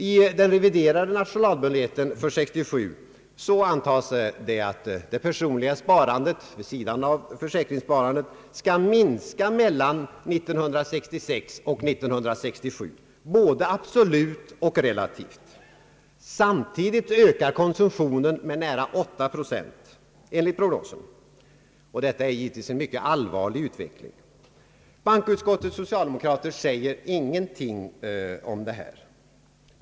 I den reviderade nationalbudgeten för 1967 antas att det personliga sparandet vid sidan av försäkringssparandet skall minska från år 1966 till år 1967, både absolut och relativt. Samtidigt ökar konsumtionen med nära 8 procent eniigt prognosen. Detta är givetvis en mycket allvarlig utveckling. Bankoutskottets socialdemokrater säger ingenting om dessa förhållanden.